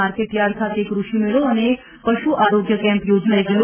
market yard ખાતે ક્રષિમેળો અને પશુ આરોગ્ય કેમ્પ યોજાઈ ગયો